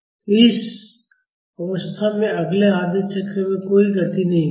तो इस अवस्था में अगले आधे चक्र में कोई गति नहीं होगी